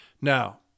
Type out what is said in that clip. Now